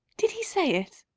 did he say it?